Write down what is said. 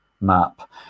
map